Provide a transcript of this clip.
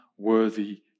worthy